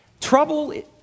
Trouble